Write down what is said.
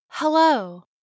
Hello